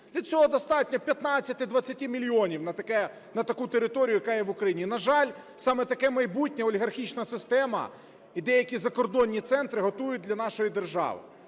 для цього достатньо 15-20 мільйонів на таку територію, яка є в Україні. На жаль, саме таке майбутнє олігархічна система і деякі закордонні центри готують для нашої держави.